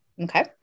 Okay